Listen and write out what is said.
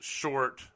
short